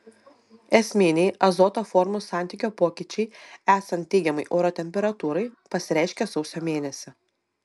esminiai azoto formų santykio pokyčiai esant teigiamai oro temperatūrai pasireiškia sausio mėnesį